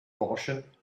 gaussian